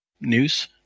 news